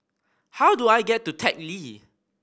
how do I get to Teck Lee